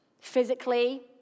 physically